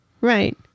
Right